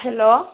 hello